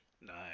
Nice